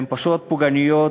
הן פשוט פוגעניות.